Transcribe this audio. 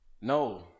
No